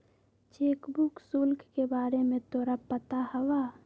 Cheque book शुल्क के बारे में तोरा पता हवा?